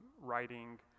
writing